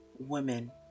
women